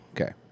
Okay